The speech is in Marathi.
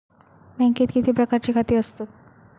बँकेत किती प्रकारची खाती असतत?